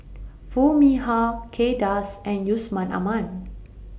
Foo Mee Har Kay Das and Yusman Aman